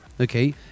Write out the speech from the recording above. Okay